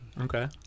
Okay